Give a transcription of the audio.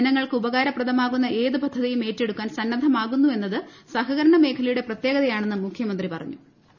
ജനങ്ങൾക്ക് ഉപകാരപ്രദമാകുന്ന ഏതു പദ്ധതിയും ഏറ്റെടുക്കാൻ സന്നദ്ധമാകുന്നുവെന്നത് സഹകരണ മേഖലിയുടെ പ്രത്യേകതയാണെന്നും മുഖ്യമന്ത്രി പമുഞ്ഞു്